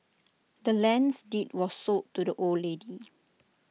the land's deed was sold to the old lady